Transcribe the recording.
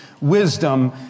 wisdom